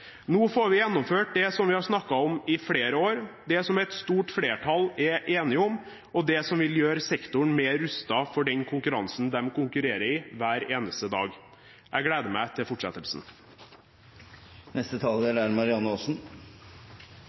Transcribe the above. Nå får vi gjennomført det vi har snakket om i flere år, det som et stort flertall er enig om, og det som vil gjøre sektoren mer rustet for den konkurransen de er i hver eneste dag. Jeg gleder meg til fortsettelsen.